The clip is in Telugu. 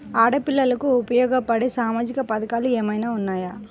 ఆడపిల్లలకు ఉపయోగపడే సామాజిక పథకాలు ఏమైనా ఉన్నాయా?